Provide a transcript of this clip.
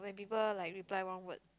people like reply one word